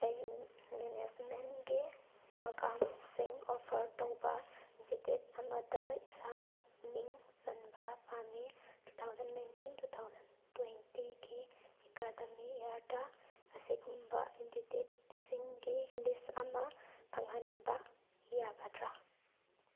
ꯑꯩ ꯃꯦꯅꯦꯖꯃꯦꯟꯒꯤ ꯄ꯭ꯔꯣꯒ꯭ꯔꯥꯝ ꯁꯤꯡ ꯑꯣꯐꯔ ꯇꯧꯕ ꯏꯟꯁꯇꯤꯇ꯭ꯌꯨꯠ ꯑꯃꯗ ꯏꯁꯥꯃꯛ ꯃꯤꯡ ꯆꯟꯕ ꯄꯥꯝꯃꯤ two thousand nineteen two thousand ꯇ꯭ꯋꯦꯟꯇꯤꯒꯤ ꯑꯦꯀꯥꯗꯦꯃꯤꯛ ꯏꯌꯔꯗ ꯑꯁꯤꯒꯨꯝꯕ ꯏꯟꯁꯇꯤꯇ꯭ꯌꯨꯠꯁꯤꯡꯒꯤ ꯂꯤꯁ ꯑꯃ ꯐꯪꯍꯟꯕ ꯌꯥꯒꯗ꯭ꯔꯥ